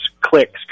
clicks